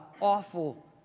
awful